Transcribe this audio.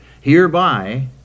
Hereby